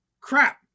crap